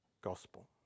gospel